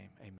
amen